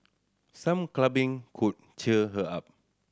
some could cheer her up